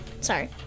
Sorry